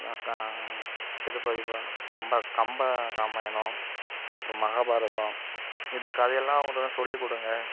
க சிலப்பதிப கம்ப கம்பராமாயணம் அப்புறம் மகாபாரதம் இந்த கதையெல்லாம் அவங்களுக்கு சொல்லிக் கொடுங்க